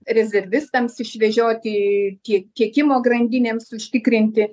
rezervistams išvežioti į tie tiekimo grandinėms užtikrinti